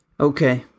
Okay